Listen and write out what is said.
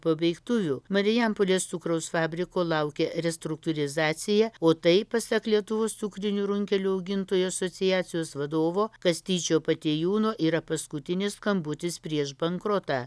pabaigtuvių marijampolės cukraus fabriko laukia restruktūrizacija o tai pasak lietuvos cukrinių runkelių augintojų asociacijos vadovo kastyčio patiejūno yra paskutinis skambutis prieš bankrotą